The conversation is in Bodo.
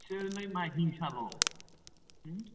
बिसोरलाय मा हिंसाल'